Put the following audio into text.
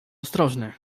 ostrożny